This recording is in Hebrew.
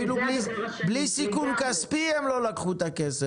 אפילו בלי סיכון כספי הם לא לקחו את הכסף.